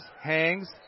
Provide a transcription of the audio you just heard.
hangs